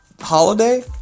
Holiday